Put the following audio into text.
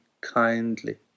kindly